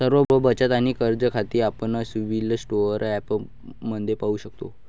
सर्व बचत आणि कर्ज खाती आपण सिबिल स्कोअर ॲपमध्ये पाहू शकतो